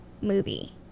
movie